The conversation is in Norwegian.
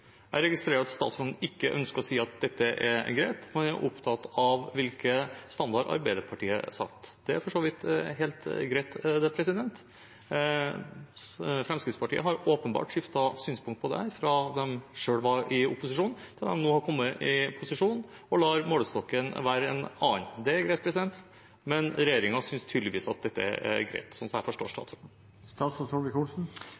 greit. Han er opptatt av hvilke standarder Arbeiderpartiet har satt. Det er for så vidt helt greit. Fremskrittspartiet har åpenbart skiftet synspunkt på dette fra da de selv var i opposisjon, til de nå har kommet i posisjon og lar målestokken være en annen. Regjeringen synes tydeligvis at dette er greit, slik jeg forstår statsråden. Jeg oppfatter dette som en ytring og ikke som et spørsmål. Jeg